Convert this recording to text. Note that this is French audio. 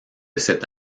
cette